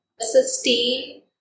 sustain